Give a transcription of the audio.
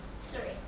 Three